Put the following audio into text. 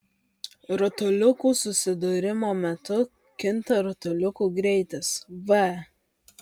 rutuliukų susidūrimo metu kinta rutuliukų greitis v